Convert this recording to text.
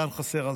אם כך אתה חושב,